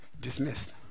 Dismissed